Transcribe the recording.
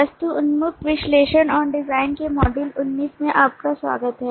वस्तु उन्मुख विश्लेषण और डिजाइन के मॉड्यूल 19 में आपका स्वागत है